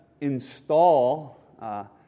install